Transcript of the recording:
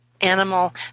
animal